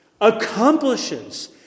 accomplishes